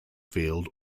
field